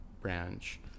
branch